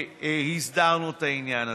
הסדרנו את העניין הזה.